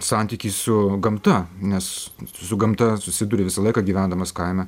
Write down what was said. santykį su gamta nes su gamta susiduri visą laiką gyvendamas kaime